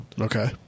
Okay